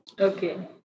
Okay